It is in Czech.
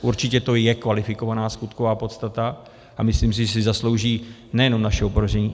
Určitě to je kvalifikovaná skutková podstata a myslím si, že si zaslouží nejenom naše opovržení.